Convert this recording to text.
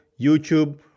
youtube